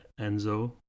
Enzo